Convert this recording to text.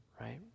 right